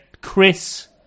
chris